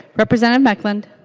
representative mekeland